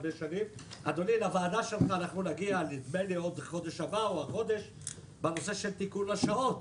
לוועדה שלך נגיע בעוד חודש בנושא תיקון השעות.